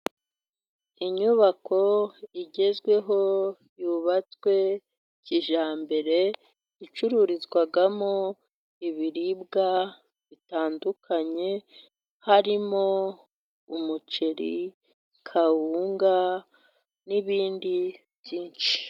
Inyubako igezweho yubatswe kijyambere icururizwamo ibiribwa bitandukanye harimo umuceri, kawunga n'ibindi byinshi.